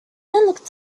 looked